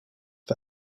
for